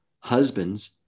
Husbands